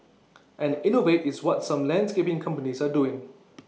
and innovate is what some landscaping companies are doing